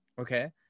okay